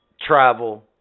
travel